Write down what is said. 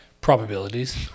Probabilities